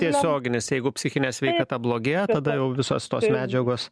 tiesioginis jeigu psichinė sveikata blogėja tada jau visos tos medžiagos